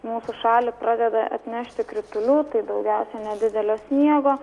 mūsų šalį pradeda atnešti kritulių daugiausia nedidelio sniego